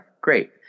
great